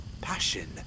Passion